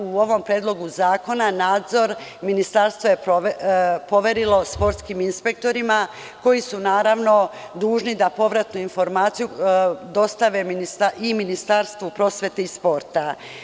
U ovom Predlogu zakona Ministarstvo je nadzor poverilo sportskim inspektorima, koji su naravno, dužni da povratnu informaciju dostave i Ministarstvu prosvete i sporta.